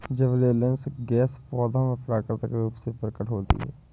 gibberellins gas पौधों में प्राकृतिक रूप से प्रकट होती है